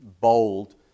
bold